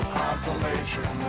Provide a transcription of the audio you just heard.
consolation